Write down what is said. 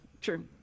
True